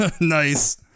Nice